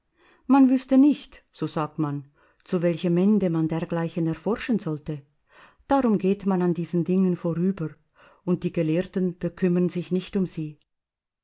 man wüßte nicht so sagt man zu welchem ende man dergleichen erforschen sollte darum geht man an diesen dingen vorüber und die gelehrten bekümmern sich nicht um sie